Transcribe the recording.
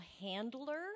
handler